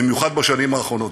במיוחד בשנים האחרונות.